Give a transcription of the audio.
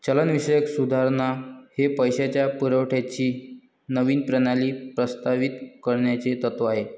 चलनविषयक सुधारणा हे पैशाच्या पुरवठ्याची नवीन प्रणाली प्रस्तावित करण्याचे तत्त्व आहे